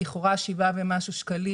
לכאורה ה-7 ומשהו שקלים,